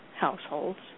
households